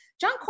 John